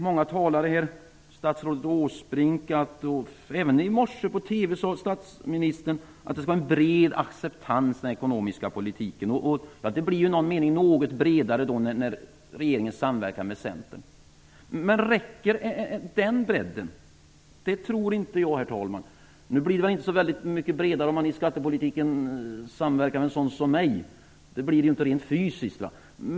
Många talare, statsrådet Åsbrink här och även statsministern i TV i morse, har sagt att det skall vara en bred acceptans för den ekonomiska politiken. Den blir då i någon mening något bredare när regeringen samverkar med centern. Men räcker den bredden? Det tror inte jag, herr talman. Nu blir den väl inte så väldigt mycket bredare rent fysiskt om man i skattepolitiken samverkar med en sådan som mig.